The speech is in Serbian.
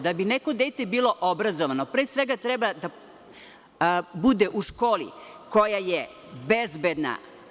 Da bi neko dete bilo obrazovano pre svega treba da bude u školi koja je bezbedna.